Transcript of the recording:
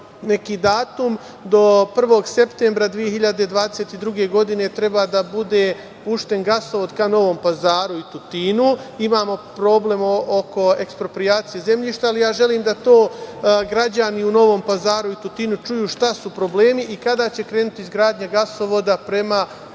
neki datum, do 1. septembra 2022. godine treba da bude pušten gasovod ka Novom Pazaru i Tutinu. Imamo problem oko eksproprijacije zemljišta. Ja želim da to građani u Novom Pazaru i Tutinu čuju šta su problemi i kada će krenuti izgradnja gasovoda prema